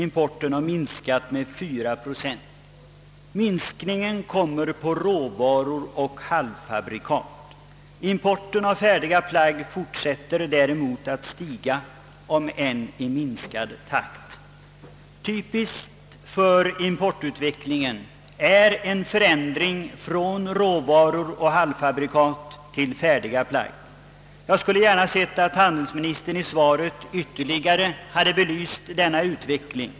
Importen harsjunkit med 4 procent Denna minskning hänför sig till råvaror och halvfabrikat. Importen av färdiga plagg fortsätter däremot att stiga, om än i lägre takt. Typisk för importutvecklingen är en förskjutning från råvaror och halvfabrikat till färdiga plagg. Jag skulle gärna ha sett att handelsministern i svaret yt terligare hade belyst denna utveckling.